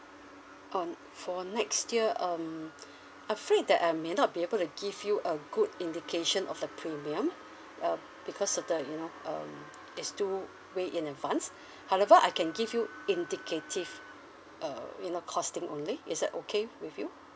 um for next year um afraid that I may not be able to give you a good indication of the premium uh because of the you know um it's too way in advance however I can give you indicative uh you know costing only is that okay with you